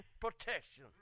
protection